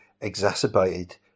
exacerbated